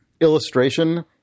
illustration